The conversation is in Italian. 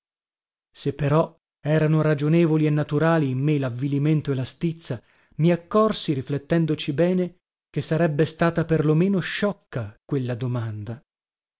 se però erano ragionevoli e naturali in me lavvilimento e la stizza mi accorsi riflettendoci bene che sarebbe stata per lo meno sciocca quella domanda